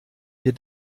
wir